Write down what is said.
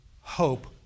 hope